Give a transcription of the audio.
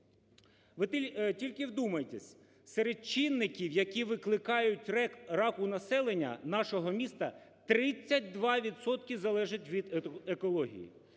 Ви тільки вдумайтесь, серед чинників, які викликають рак у населення нашого міста, 32 відсотки залежить від екології.